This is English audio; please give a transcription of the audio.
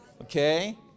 Okay